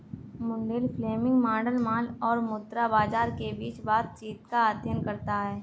Mundell Fleming model माल और मुद्रा बाजार के बीच बातचीत का अध्ययन करता है